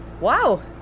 Wow